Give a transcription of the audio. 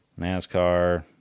NASCAR